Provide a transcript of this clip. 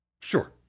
Sure